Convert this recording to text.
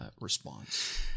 response